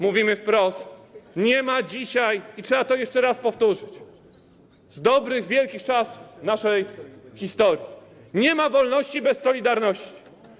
Mówimy wprost: Nie ma dzisiaj - i trzeba to jeszcze raz powtórzyć z dobrych, wielkich czasów naszej historii - nie ma wolności bez solidarności.